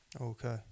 Okay